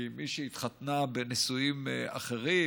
כי מי שהתחתנה בנישואים אחרים,